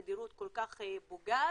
תדירות כל כך פוגעת,